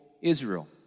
Israel